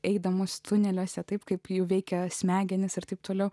eidamos tuneliuose taip kaip jų veikia smegenys ir taip toliau